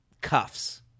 cuffs